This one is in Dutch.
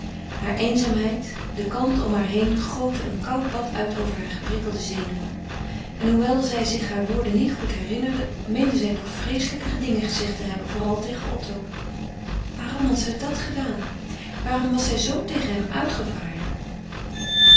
hare eenzaamheid de kalmte om haar heen goten een koud bad uit over hare geprikkelde zenuwen en hoewel zij zich hare woorden niet goed herinnerde meende zij toch vreeselijke dingen gezegd te hebben vooral tegen otto waarom had zij dat gedaan waarom was zij zoo tegen hem uitgevaren